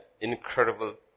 incredible